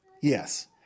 Yes